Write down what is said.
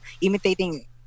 imitating